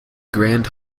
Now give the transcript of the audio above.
grand